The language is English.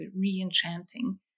re-enchanting